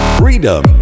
freedom